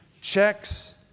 checks